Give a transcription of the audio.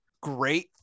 great